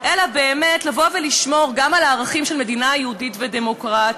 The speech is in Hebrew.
אלא באמת לבוא ולשמור גם על הערכים של המדינה היהודית והדמוקרטית.